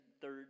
third